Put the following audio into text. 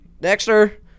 Dexter